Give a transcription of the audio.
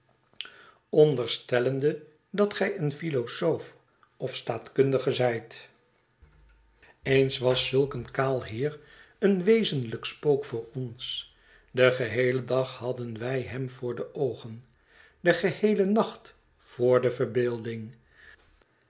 onderstellende dat gij een philosoof of staatkundige zijt eens was zulk een kaal heer een wezenlijk spook voor ons den geheelen dag hadden wij hem voor de oogen den geheelen nacht voor de verbeelding